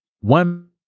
one